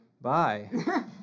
Bye